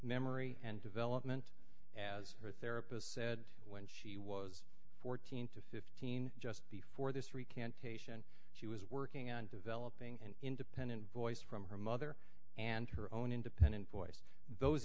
memory and development as her therapist said when she was fourteen to fifteen just before this recantation she was working on developing an independent voice from her mother and her own independent voice those